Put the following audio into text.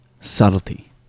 subtlety